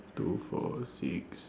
two four six